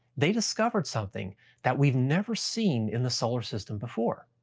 they discovered something that we've never seen in the solar system before.